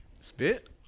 Spit